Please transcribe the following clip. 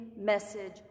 message